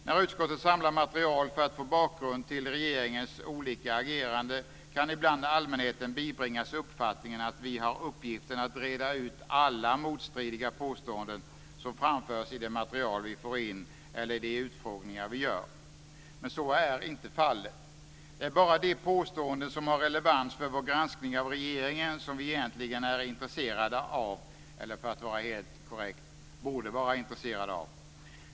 När utskottet samlar material för att få bakgrund till regeringens olika ageranden kan ibland allmänheten bibringas uppfattningen att vi har uppgiften att reda ut alla motstridiga påståenden som framförs i det material vi får in eller i de utfrågningar vi gör. Men så är inte fallet. Det är bara de påståenden som har relevans för vår granskning av regeringen som vi egentligen är intresserade av, eller för att vara helt korrekt - borde vara intresserade av.